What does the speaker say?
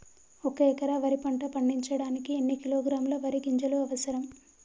ఒక్క ఎకరా వరి పంట పండించడానికి ఎన్ని కిలోగ్రాముల వరి గింజలు అవసరం?